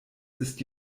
ist